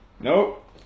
Nope